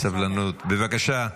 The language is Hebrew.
בבקשה.